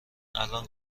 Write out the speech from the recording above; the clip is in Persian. الان